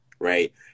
right